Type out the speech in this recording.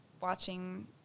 watching